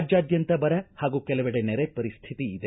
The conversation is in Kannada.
ರಾಜ್ವಾದ್ದಂತ ಬರ ಹಾಗೂ ಕೆಲವೆಡೆ ನೆರೆ ಪರಿಸ್ತಿತಿ ಇದೆ